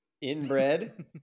Inbred